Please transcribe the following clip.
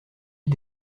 est